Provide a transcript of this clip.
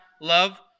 love